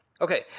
Okay